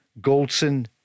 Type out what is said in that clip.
Goldson